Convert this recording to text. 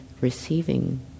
receiving